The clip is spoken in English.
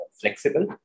flexible